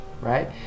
right